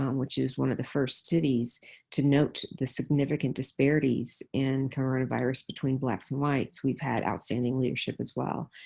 um which is one of the first cities to note the significant disparities in coronavirus between blacks and whites, we've had outstanding leadership as well.